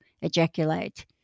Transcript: ejaculate